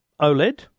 OLED